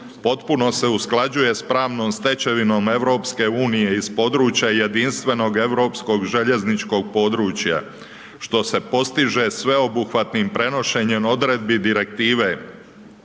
potpuno se usklađuje s pravnom stečevinom EU s područja jedinstvenog europskog željezničkog područja, što se postiže sveobuhvatnim prenošenjem odredbi Direktive